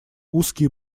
узкие